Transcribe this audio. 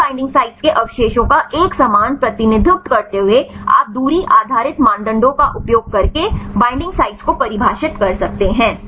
इन binding sites के अवशेषों का एक समान प्रतिनिधित्व करते हुए आप दूरी आधारित मानदंडों का उपयोग करके बईंडिंग साइट्स को परिभाषित कर सकते हैं